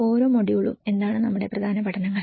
ഓരോ മൊഡ്യൂളും എന്താണ് നമ്മുടെ പ്രധാന പഠനങ്ങൾ